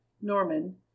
Norman